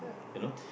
you know